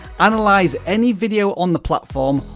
analyze any video on the platform,